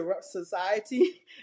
society